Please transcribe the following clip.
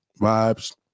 Vibes